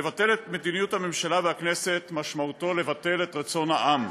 לבטל את מדיניות הממשלה והכנסת משמעותו לבטל את רצון העם.